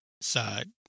side